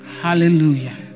Hallelujah